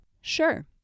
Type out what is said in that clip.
Sure